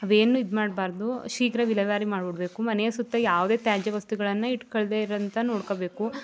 ಅವೇನು ಇದು ಮಾಡಬಾರ್ದು ಶೀಘ್ರ ವಿಲೇವಾರಿ ಮಾಡಿಬಿಡ್ಬೇಕು ಮನೆಯ ಸುತ್ತ ಯಾವುದೇ ತ್ಯಾಜ್ಯ ವಸ್ತುಗಳನ್ನು ಇಟ್ಕೊಳ್ದೆ ಇರುವಂತೆ ನೋಡ್ಕೊಬೇಕು